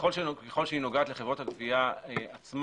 ככל שהיא נוגעת לחברות הגבייה עצמן,